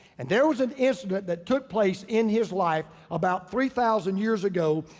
and there was an incident that took place in his life about three thousand years ago,